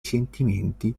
sentimenti